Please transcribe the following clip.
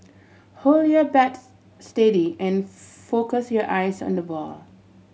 hold your bat steady and focus your eyes on the ball